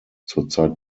zurzeit